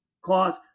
clause